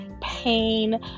pain